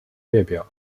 列表